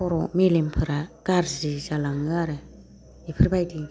खर' मेलेमफोरा गाज्रि जालाङो आरो इफोरबायदि